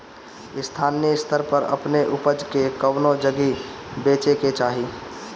स्थानीय स्तर पर अपने ऊपज के कवने जगही बेचे के चाही?